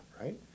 right